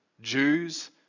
Jews